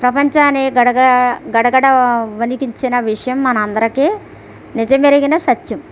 ప్రపంచాన్ని గడ గడా గడ గడా వణికించిన విషయం మన అందరికీ నిజమెరిగిన సత్యం